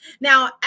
Now